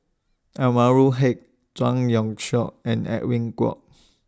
Anwarul Haque Zhang Youshuo and Edwin Koek